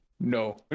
no